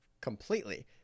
completely